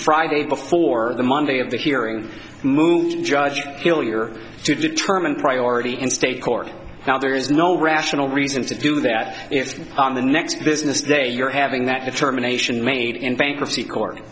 friday before the monday of the hearing moved judge hillier to determine priority in state court now there is no rational reason to do that it's on the next business day you're having that determination made in bankruptcy court